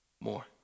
more